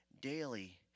daily